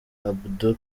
abdou